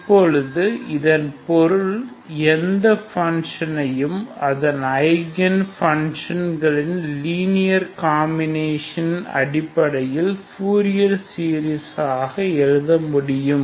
இப்பொழுது இதன் பொருள் எந்த ஃப்பங்க்ஷன்ளையும் அதனை ஐகன் ஃப்பங்க்ஷன்ளை லீனியர் காம்பினேஷன் அடிப்படையில் ஃபூரியர் சீரியஸாக எழுதமுடியும்